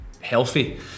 healthy